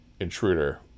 intruder